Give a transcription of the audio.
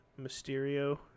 Mysterio